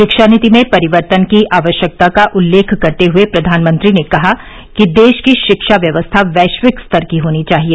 शिक्षा नीति में परिवर्तन की आवश्यकता का उल्लेख करते हए प्रधानमंत्री ने कहा कि देश की शिक्षा व्यवस्था वैश्विक स्तर की होनी चाहिए